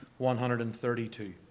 132